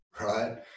Right